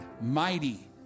mighty